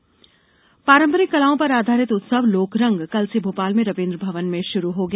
लोकरंग महोत्सव पारंपरिक कलाओं पर आधारित उत्सव लोकरंग कल से भोपाल में रवीन्द्र भवन में शुरू हो गया